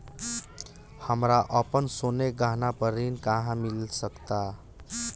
हमरा अपन सोने के गहना पर ऋण कहां मिल सकता?